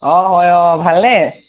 অঁ হয় অঁ ভালনে